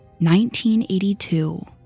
1982